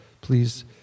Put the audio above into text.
please